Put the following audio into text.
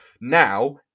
Now